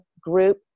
group